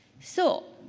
so,